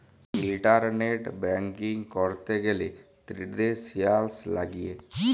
internet banking ক্যরতে গ্যালে credentials লাগিয়ে